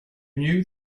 knew